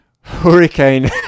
hurricane